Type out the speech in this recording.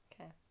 okay